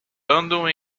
andam